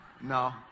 No